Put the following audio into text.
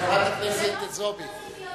חברת הכנסת זועבי,